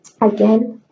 again